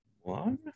one